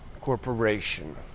corporation